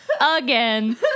again